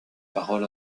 paroles